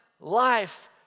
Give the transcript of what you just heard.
life